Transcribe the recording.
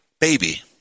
baby